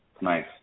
nice